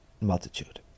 multitude